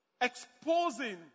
Exposing